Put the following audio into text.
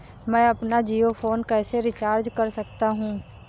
मैं अपना जियो फोन कैसे रिचार्ज कर सकता हूँ?